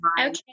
Okay